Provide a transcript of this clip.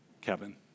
Kevin